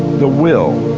the will,